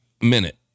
minute